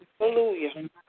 Hallelujah